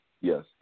Yes